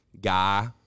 guy –